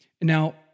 Now